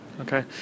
okay